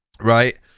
right